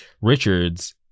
Richards